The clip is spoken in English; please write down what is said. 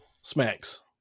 smacks